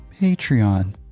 Patreon